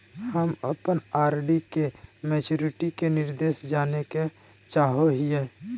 हम अप्पन आर.डी के मैचुरीटी के निर्देश जाने के चाहो हिअइ